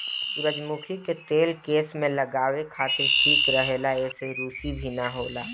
सुजरमुखी के तेल केस में लगावे खातिर ठीक रहेला एसे रुसी भी ना होला